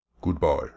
Goodbye